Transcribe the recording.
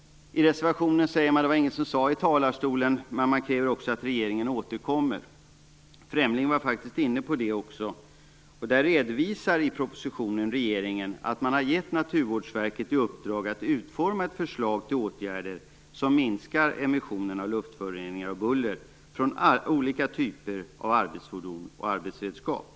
I reservationen kräver man också att regeringen återkommer, även om ingen sade det i talarstolen. Lennart Fremling var faktiskt inne på det också. Här redovisar regeringen i propositionen att man har gett Naturvårdsverket i uppdrag att utforma ett förslag till åtgärder som minskar emissionen av luftföroreningar och buller från olika typer av arbetsfordon och arbetsredskap.